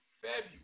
February